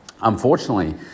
Unfortunately